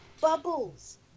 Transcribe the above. Bubbles